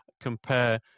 compare